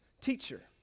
teacher